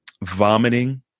vomiting